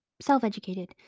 self-educated